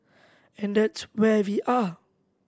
and that's where we are